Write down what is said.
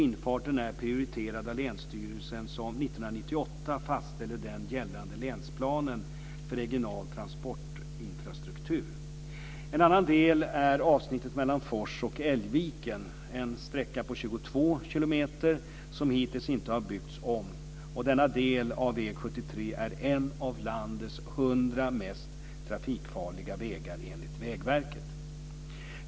Infarten är prioriterad av länsstyrelsen som 1998 fastställde den gällande länsplanen för regional transportinfrastruktur. En annan del är avsnittet mellan Fors och Älgviken, en sträcka på 22 kilometer som hittills inte har byggts om. Denna del av väg 73 är en av landets 100 mest trafikfarliga vägar enligt Vägverket.